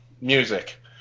music